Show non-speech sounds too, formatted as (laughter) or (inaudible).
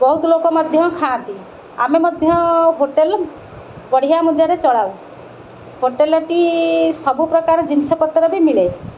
ବହୁତ ଲୋକ ମଧ୍ୟ ଖାଆନ୍ତି ଆମେ ମଧ୍ୟ ହୋଟେଲ୍ ପଢ଼ିଆ (unintelligible) ଚଳାଉ ହୋଟେଲ୍ଟି ସବୁପ୍ରକାର ଜିନିଷପତ୍ର ବି ମିଳେ